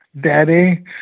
Daddy